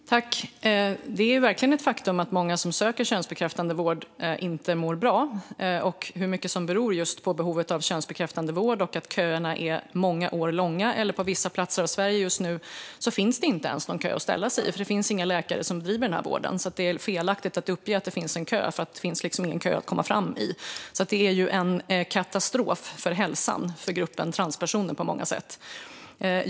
Fru talman! Det är verkligen ett faktum att många som söker könsbekräftande vård inte mår bra. Köerna är många år långa, och på vissa platser i Sverige finns det inte ens någon kö att ställa sig i, för det finns inga läkare som bedriver sådan vård. Då är det felaktigt att uppge att det ens finns en kö, för det finns ingen kö att komma fram i. Det är på många sätt en katastrof för hälsan för gruppen transpersoner.